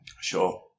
Sure